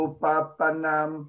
Upapanam